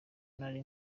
nari